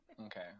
Okay